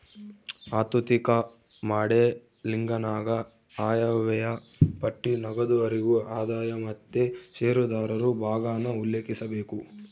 ಆಋಥಿಕ ಮಾಡೆಲಿಂಗನಾಗ ಆಯವ್ಯಯ ಪಟ್ಟಿ, ನಗದು ಹರಿವು, ಆದಾಯ ಮತ್ತೆ ಷೇರುದಾರರು ಭಾಗಾನ ಉಲ್ಲೇಖಿಸಬೇಕು